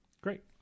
great